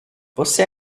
você